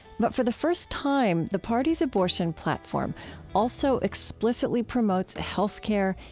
but for the first time, the party's abortion platform also explicitly promotes health care,